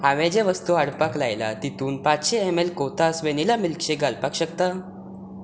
हांवे जे वस्तू हाडपाक लायला तितूंत पाचशें एम एल कोतास वनिला मिल्क शेक घालपाक शकता